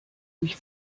mich